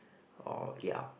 or ya